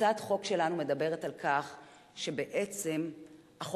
הצעת החוק שלנו מדברת על כך שבעצם החובה